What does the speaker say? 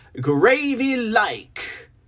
gravy-like